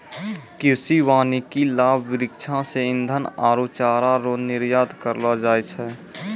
कृषि वानिकी लाभ वृक्षो से ईधन आरु चारा रो निर्यात करलो जाय छै